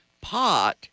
pot